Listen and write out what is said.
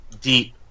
deep